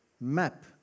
map